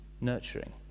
nurturing